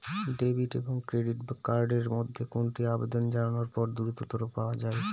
Debit এবং credit card এর মধ্যে কোনটি আবেদন জানানোর পর দ্রুততর পাওয়া য়ায়?